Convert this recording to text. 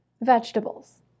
vegetables